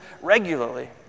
regularly